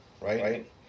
right